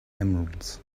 emeralds